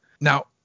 Now